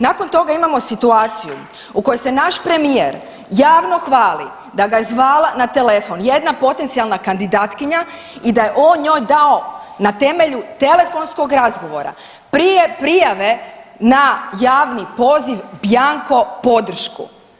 Nakon toga imamo situaciju u kojoj se naš premijer javno hvali da ga je zvala na telefon jedna potencijalna kandidatkinja i da je on njoj dao na temelju telefonskog razgovora prije prijave na javni poziv bjanko podršku.